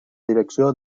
direcció